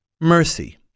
mercy